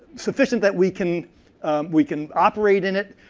sufficient that we can we can operate in it,